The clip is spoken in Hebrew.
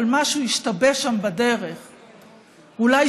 אבל משהו השתבש שם בדרך.